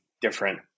different